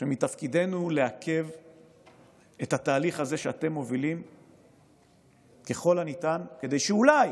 שמתפקידנו לעכב את התהליך הזה שאתם מובילים ככל הניתן כדי שאולי